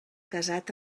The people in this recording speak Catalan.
casat